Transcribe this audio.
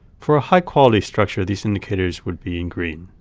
for a high quality structure these indicators would be in green.